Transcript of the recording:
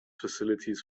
facilities